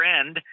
end